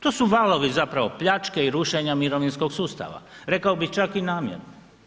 To su valovi zapravo pljačke i rušenja mirovinskog sustava, rekao bi čak i namjerno.